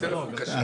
סדר גודל של